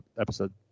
episode